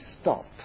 stop